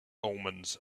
omens